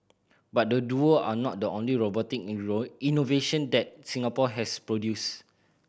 but the duo are not the only robotic innovation that Singapore has produced